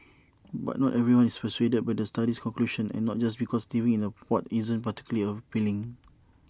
but not everyone is persuaded by the study's conclusion and not just because living in A pod isn't particularly appealing